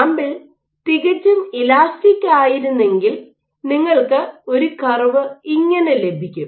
sample തികച്ചും elastic ആയിരുന്നെങ്കിൽ നിങ്ങൾക്ക് ഒരു കർവ് ഇങ്ങനെ ലഭിക്കും